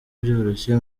byoroshye